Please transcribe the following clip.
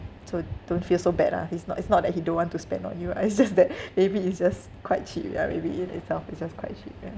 so don't feel so bad lah he's not it's not that he don't want to spend on you uh it's just that maybe it's just quite cheap lah maybe it~ itself is just quite cheap yeah